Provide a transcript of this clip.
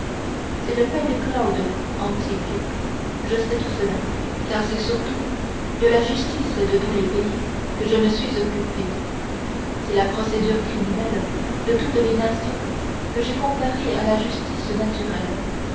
c'est le pede claudo antique je sais tout cela car c'est surtout de la justice de tous les pays que je me suis occupé c'est la procédure criminelle de toutes les nations que j'ai comparée à la justice naturelle